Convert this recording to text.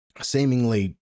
seemingly